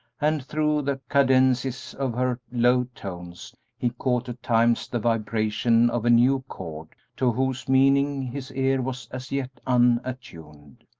and through the cadences of her low tones he caught at times the vibration of a new chord, to whose meaning his ear was as yet unattuned.